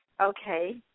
Okay